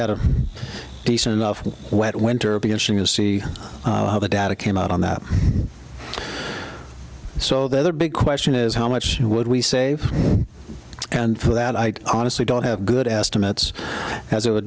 had a decent enough wet winter because she was see the data came out on that so the other big question is how much would we save and for that i honestly don't have good estimates as it would